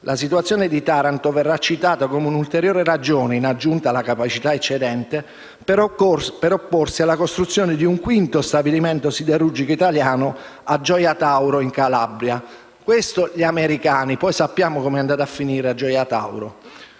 La situazione di Taranto verrà citata come un'ulteriore ragione - in aggiunta alla capacità eccedente - per opporsi alla costruzione di un quinto stabilimento siderurgico italiano a Gioia Tauro in Calabria». Questo scrivevano gli americani: poi sappiamo come è andata a finire con Gioia Tauro,